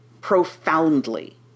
profoundly